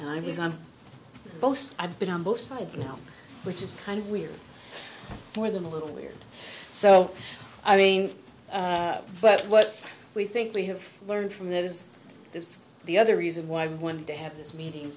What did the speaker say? and i was on post i've been on both sides now which is kind of weird for them a little weird so i mean but what we think we have learned from that is there's the other reason why we wanted to have this meeting